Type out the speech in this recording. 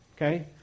Okay